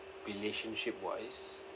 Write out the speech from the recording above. relationship-wise